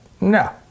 No